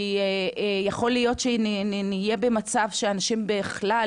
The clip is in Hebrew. כי יכול להיות שנהיה במצב בו אנשים בכלל